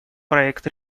проект